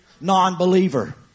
Non-believer